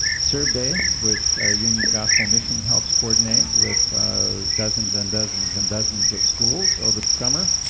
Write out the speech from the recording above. serve day which union gospel mission helps coordinate with dozens and dozens and dozens of schools over the summer,